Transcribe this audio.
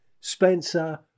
Spencer